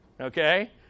Okay